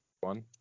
One